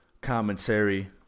commentary